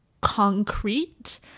concrete